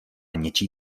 něčí